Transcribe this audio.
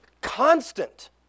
constant